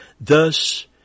Thus